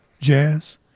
jazz